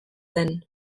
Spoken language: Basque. zen